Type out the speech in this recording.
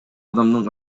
адамдын